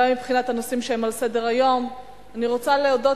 גם מבחינת הנושאים שעל סדר-היום, אני רוצה להודות